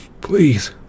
Please